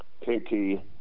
Pinky